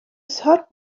taught